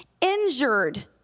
injured